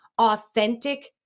authentic